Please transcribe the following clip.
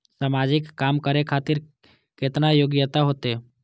समाजिक काम करें खातिर केतना योग्यता होते?